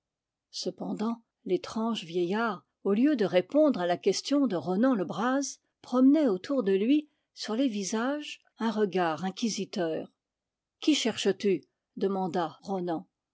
cependant l'étrange vieillard au lieu de répondre à la question de ronan le braz promenait autour de lui sur les visages un regard inquisiteur qui cherches-tu demanda ronan